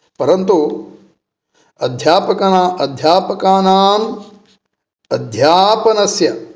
परन्तु अध्यापकाण अध्यापकानाम् अध्यापनस्य